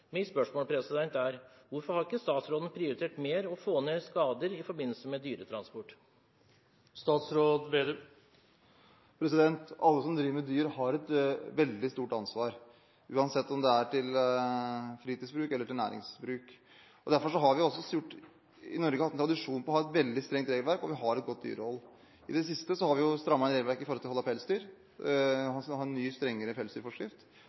Mitt spørsmål er: Hvorfor har ikke statsråden prioritert mer å få ned skader i forbindelse med dyretransport? Alle som driver med dyr, har et veldig stort ansvar, uansett om det er til fritidsbruk eller næringsbruk. Derfor har vi i Norge hatt en tradisjon på å ha et veldig strengt regelverk, og vi har et godt dyrehold. I det siste har vi jo strammet inn regelverket for hold av pelsdyr ved å få en ny, strengere pelsdyrforskrift.